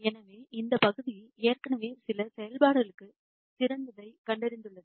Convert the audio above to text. எனவே இந்த பகுதி ஏற்கனவே சில செயல்பாடுகளுக்கு சிறந்ததைக் கண்டறிந்துள்ளது